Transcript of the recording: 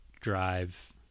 drive